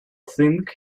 think